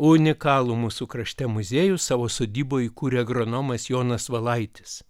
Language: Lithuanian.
unikalų mūsų krašte muziejų savo sodyboj įkūrė agronomas jonas valaitis